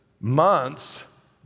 months